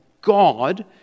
God